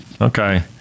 Okay